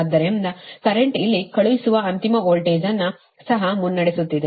ಆದ್ದರಿಂದ ಕರೆಂಟ್ ಇಲ್ಲಿ ಕಳುಹಿಸುವ ಅಂತಿಮ ವೋಲ್ಟೇಜ್ ಅನ್ನು ಸಹ ಮುನ್ನಡೆಸುತ್ತಿದೆ